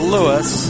Lewis